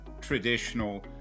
traditional